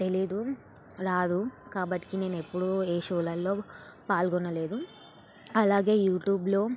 తెలీదు రాదు కాబట్టి నేను ఎప్పుడూ ఏ షోలల్లో పాల్గొనలేదు అలాగే యూట్యూబ్లో